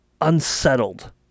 unsettled